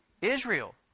Israel